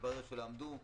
מתברר שהם לא עמדו בו.